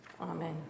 Amen